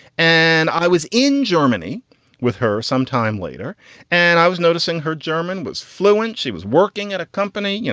and i was in germany with her some time later and i was noticing her german was fluent. she was working at a company, you